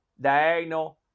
diagonal